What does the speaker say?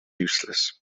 useless